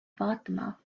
fatima